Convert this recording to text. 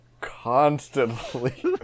constantly